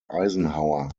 eisenhower